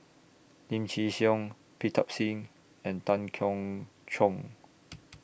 Lim Chin Siong Pritam Singh and Tan Keong Choon